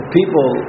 people